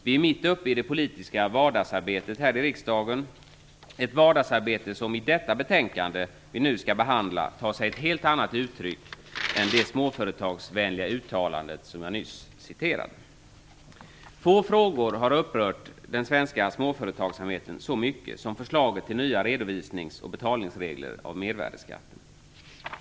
Vi är mitt uppe i det politiska vardagsarbetet här i riksdagen, ett vardagsarbete som i det betänkande som vi nu skall behandla tar sig ett helt annat uttryck än det småföretagsvänliga uttalande som jag nyss citerade. Få frågor har upprört den svenska småföretagsamheten så mycket som förslaget till nya redovisningsoch betalningsregler beträffande mervärdesskatten.